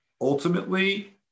ultimately